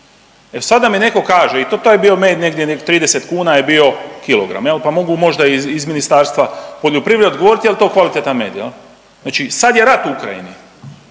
E sad da mi neko kaže i to, to je bio med, negdje 30 kn je bio kilogram jel, pa mogu možda iz Ministarstva poljoprivrede odgovorit jel to kvalitetan med jel. Znači sad je rat u Ukrajini